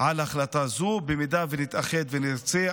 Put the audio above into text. על החלטה זו, במידה שנתאחד ונרצה.